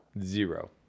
Zero